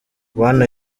bwana